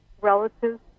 relatives